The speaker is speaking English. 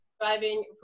driving